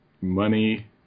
money